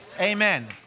Amen